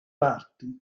parti